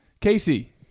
Casey